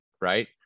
Right